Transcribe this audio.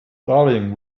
darling